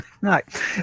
Right